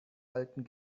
alten